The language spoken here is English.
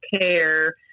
care